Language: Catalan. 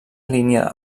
línia